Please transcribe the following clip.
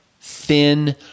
thin